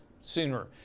sooner